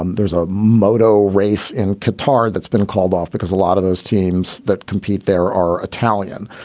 um there's a moto race in catarrh that's been called off because a lot of those teams that compete there are italian.